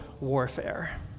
warfare